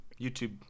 YouTube